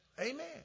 Amen